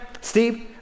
Steve